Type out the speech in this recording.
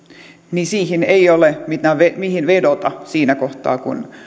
niin ei ole mihin vedota siinä kohtaa kun